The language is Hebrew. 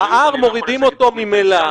וה-R מורידים אותו ממילא.